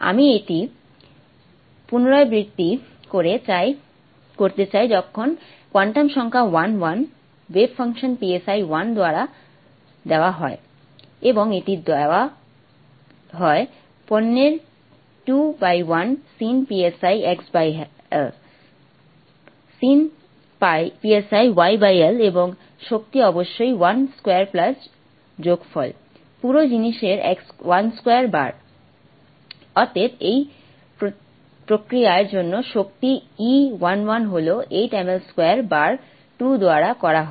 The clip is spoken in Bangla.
আমি এটি পুনরাবৃত্তি করতে চাই যখন কোয়ান্টাম সংখ্যা 1 1 ওয়েভ ফাংশন 1 1 দ্বারা দেওয়া হয় এবং এটি দেওয়া হয় পণ্যের 2 L sin x L sin yL এবং শক্তি অবশ্যই 12 যোগফল পুরো জিনিসের 12 বার অতএব এই প্রক্রিয়ার জন্য শক্তি E 11 হল 8mL2 বার 2 দ্বারা করা হয়